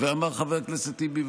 ואמר חבר הכנסת טיבי,